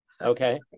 okay